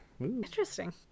Interesting